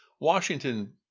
Washington